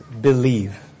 believe